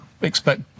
expect